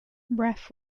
ref